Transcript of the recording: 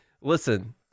Listen